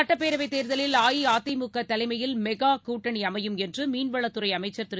சட்டப்பேரவை தேர்தலில் அஇஅதிமுக தலைமையில் மெகா கூட்டணி அமையும் என்று மீன்வளத்துறை அமைச்சர் திரு